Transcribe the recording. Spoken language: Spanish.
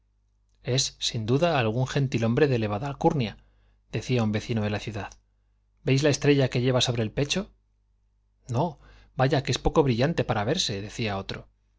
es sin duda algún gentilhombre de elevada alcurnia decía un vecino de la ciudad veis la estrella que lleva sobre el pecho no vaya que es poco brillante para verse decía otro